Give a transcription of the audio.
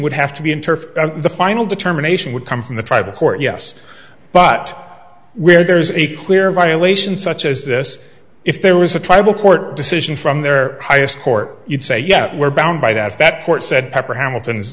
would have to be in turf the final determination would come from the tribal court yes but where there is a clear violation such as this if there was a tribal court decision from their highest court you'd say yeah we're bound by it as that court said pepper hamilton